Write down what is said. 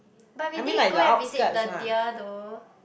but we did go and visit the deer though